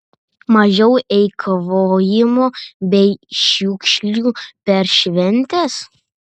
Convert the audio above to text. mažiau eikvojimo bei šiukšlių per šventes